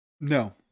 No